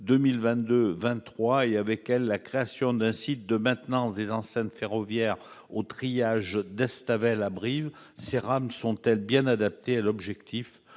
2022-2023 et la création d'un site de maintenance des enceintes ferroviaires à la gare de triage d'Estavel, à Brive ? Ces rames seront-elles bien adaptées à l'objectif